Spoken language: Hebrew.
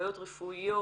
בעיות רפואיות,